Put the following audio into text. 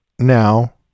now